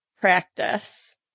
practice